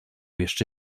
jeszcze